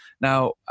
Now